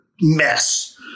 mess